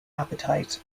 appetite